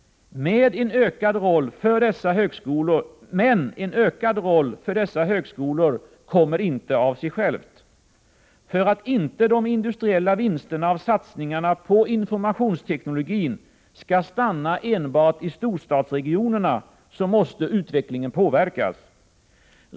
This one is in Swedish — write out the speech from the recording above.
Men en ökad roll för dessa högskolor kommer inte av sig självt. För att inte de industriella vinsterna av satsningarna på informationsteknologin skall stanna enbart i storstadsregionerna, måste utvecklingen påverkas.